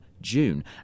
June